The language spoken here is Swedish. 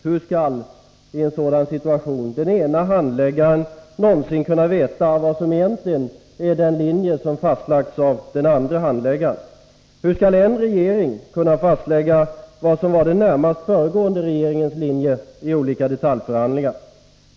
Hur skallien sådan situation den ena handläggaren någonsin kunna veta vad som egentligen är den linje som fastlagts av den andra handläggaren? Hur skall en viss regering kunna fastlägga vad som var den närmast föregående regeringens linje i olika detaljförhandlingar?